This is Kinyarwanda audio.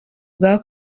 bwa